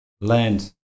land